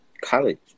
college